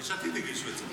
יש עתיד הגישו את זה.